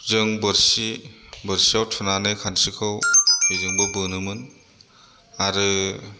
जों बोरसि बोरसिआव थुनानै खानस्रिखौ बेजोंबो बोनोमोन आरो